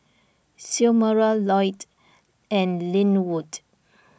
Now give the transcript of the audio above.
Xiomara Loyd and Linwood